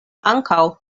ankaŭ